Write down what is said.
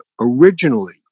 originally